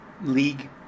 league